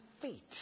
feet